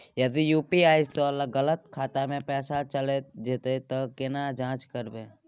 यदि यु.पी.आई स गलत खाता मे पैसा चैल जेतै त केना जाँच करबे?